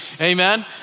Amen